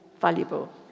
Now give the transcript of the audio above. valuable